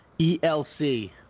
ELC